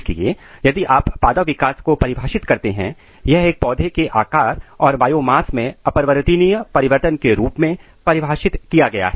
इसलिए यदि आप पादप विकास को परिभाषित करते हैं यह एक पौधे के आकार और बायोमास में अपरिवर्तनीय परिवर्तन के रूप में परिभाषित किया गया है